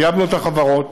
חייבנו את החברות,